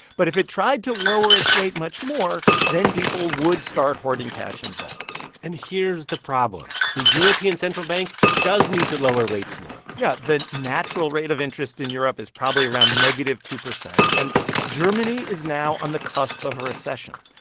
but if it tried to lower its rate much more, then people would start hoarding cash in vaults and here's the problem. the european central bank does need to lower rates more yeah. the natural rate of interest in europe is probably around negative two percent, and germany is now on the cusp of a recession.